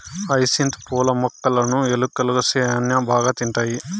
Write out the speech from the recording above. hyacinth పూల మొక్కలును ఎలుకలు శ్యాన బాగా తింటాయి